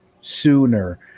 sooner